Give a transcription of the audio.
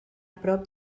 prop